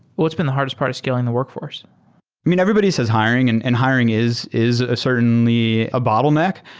what's been the hardest part of scaling the workforce? i mean, everybody says hiring, and and hiring is is ah certainly a bottleneck.